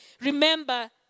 remember